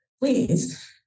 please